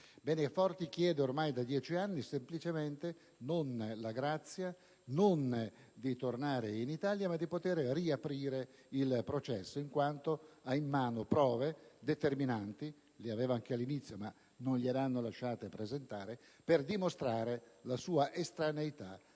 Forti ormai da 10 anni chiede semplicemente non la grazia, non di tornare in Italia, ma di poter riaprire il processo, in quanto ha in mano prove determinanti (le aveva anche all'inizio, ma non gliele hanno lasciate presentare) per dimostrare la sua estraneità al